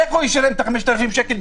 איך הוא ישלם את ה-5,000 שקל?